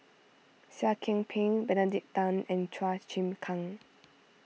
Seah Kian Peng Benedict Tan and Chua Chim Kang